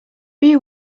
view